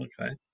Okay